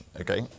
okay